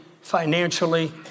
financially